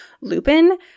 Lupin